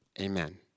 Amen